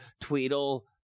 Tweedle